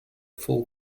full